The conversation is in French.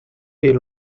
est